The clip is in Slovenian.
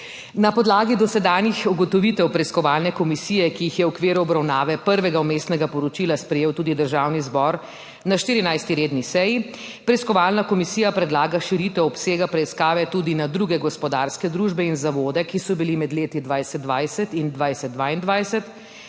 Na podlagi dosedanjih ugotovitev preiskovalne komisije, ki jih je v okviru obravnave prvega vmesnega poročila sprejel tudi Državni zbor na 14. redni seji, preiskovalna komisija predlaga širitev obsega preiskave tudi na druge gospodarske družbe in zavode, ki so bili med leti 2020 in 2022